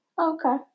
Okay